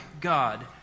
God